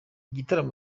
gitaramo